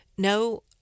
No